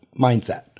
mindset